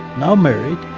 now married,